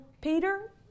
Peter